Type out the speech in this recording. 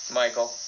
michael